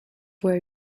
where